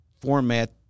format